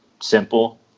simple